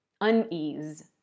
unease